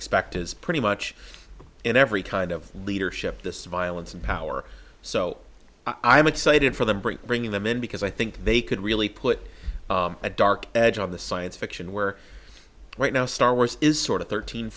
expect is pretty much in every kind of leadership this violence and power so i'm excited for them bring bringing them in because i think they could really put a dark edge on the science fiction where right now star wars is sort of thirteen